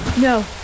No